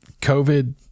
COVID